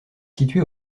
située